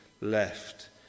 left